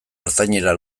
ertainera